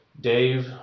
Dave